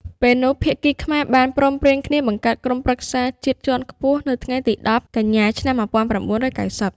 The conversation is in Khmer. ពេលនោះភាគីខ្មែរបានព្រមព្រៀងគ្នាបង្កើតក្រុមប្រឹក្សាជាតិជាន់ខ្ពស់ នៅថ្ងៃទី១០ កញ្ញា ១៩៩០ ។